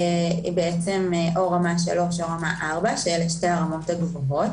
היא רמה 3 או 4. שתיהן גבוהות.